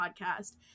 podcast